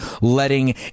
letting